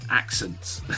accents